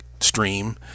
stream